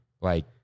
Like-